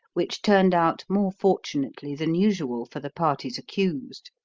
which turned out more fortunately than usual for the parties accused.